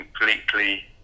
completely